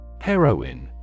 Heroin